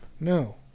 No